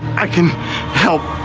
i can help.